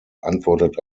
antwortet